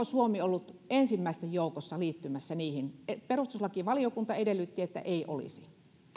suomi ollut ensimmäisten joukossa liittymässä näihin takauslainoihin perustuslakivaliokunta edellytti että ei olisi